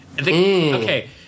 Okay